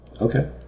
Okay